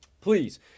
please